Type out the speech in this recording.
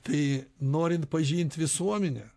tai norint pažint visuomenę